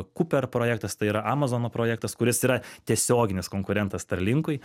kuper projektas tai yra amazono projektas kuris yra tiesioginis konkurentas starlinkui